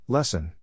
Lesson